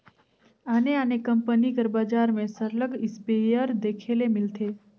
आने आने कंपनी कर बजार में सरलग इस्पेयर देखे ले मिलथे